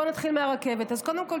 בוא נתחיל מהרכבת: קודם כול,